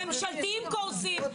הממשלתיים קורסים,